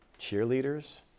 cheerleaders